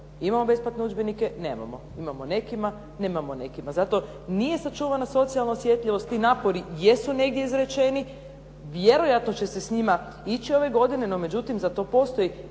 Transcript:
Imamo besplatne udžbenike, nemamo. Imamo nekima, nemamo nekima. Zato nije sačuvana socijalna osjetljivost, ti napori jesu negdje izrečeni, vjerojatno će se s njima ići ove godine, no međutim za to postoji